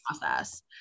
process